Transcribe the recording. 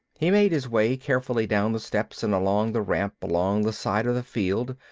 he made his way carefully down the steps and along the ramp along the side of the field,